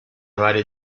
varie